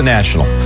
National